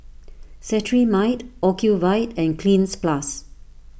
Cetrimide Ocuvite and Cleanz Plus